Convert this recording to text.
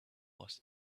was